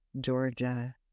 Georgia